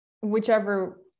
whichever